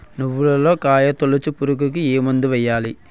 నువ్వులలో కాయ తోలుచు పురుగుకి ఏ మందు వాడాలి?